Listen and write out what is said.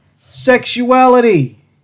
sexuality